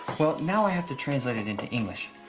well, now i have to translate it into english.